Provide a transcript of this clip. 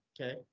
Okay